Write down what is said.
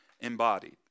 embodied